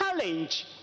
challenge